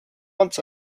once